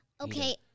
Okay